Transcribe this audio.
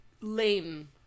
lame